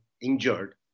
injured